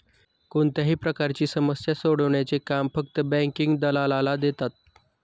कोणत्याही प्रकारची समस्या सोडवण्याचे काम फक्त बँकिंग दलालाला देतात